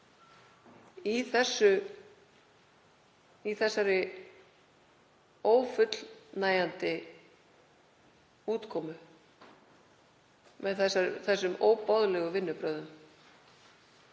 þessa ófullnægjandi útkomu, með þessi óboðlegu vinnubrögð.